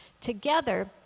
together